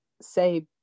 say